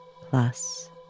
Plus